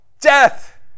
death